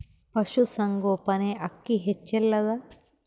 ಪಶುಸಂಗೋಪನೆ ಅಕ್ಕಿ ಹೆಚ್ಚೆಲದಾ?